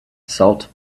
salt